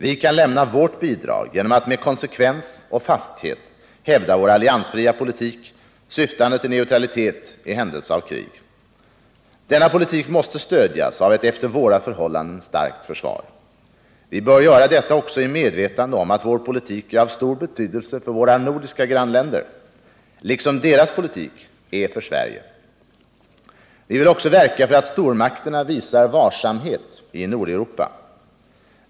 Vi kan lämna vårt bidrag genom att med konsekvens och fasthet hävda vår alliansfria politik, syftande till neutralitet i händelse av krig. Denna politik måste stödjas av ett efter våra förhållanden starkt försvar. Vi bör göra detta också i medvetande om att vår politik är av stor betydelse för våra nordiska grannländer, liksom deras politik är för Sverige. Vi vill också verka för att stormakterna visar varsamhet i Nordeuropa.